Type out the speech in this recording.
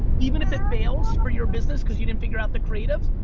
even if it fails for your business cause you didn't figure out the creative,